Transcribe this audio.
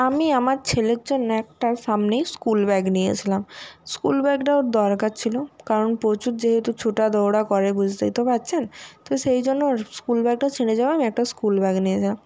আমি আমার ছেলের জন্য একটা সামনেই স্কুল ব্যাগ নিয়েছিলাম স্কুল ব্যাগটা ওর দরকার ছিল কারণ প্রচুর যেহেতু ছুটাদৌড়া করে বুঝতেই তো পারছেন তো সেই জন্য ওর স্কুল ব্যাগটা ছিঁড়ে যাওয়ায় আমি একটা স্কুল ব্যাগ নিয়েছিলাম